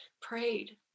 prayed